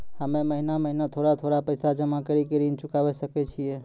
हम्मे महीना महीना थोड़ा थोड़ा पैसा जमा कड़ी के ऋण चुकाबै सकय छियै?